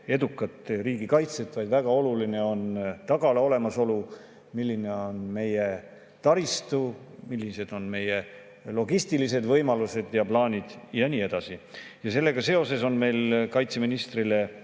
edukat riigikaitset, vaid väga oluline on tagala olemasolu, milline on meie taristu, millised on meie logistilised võimalused ja plaanid ja nii edasi. Sellega seoses on meil kaitseministrile